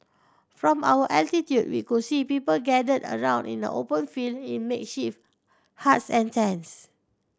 from our altitude we could see people gathered around in a open field in makeshift huts and tents